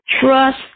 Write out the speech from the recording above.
Trust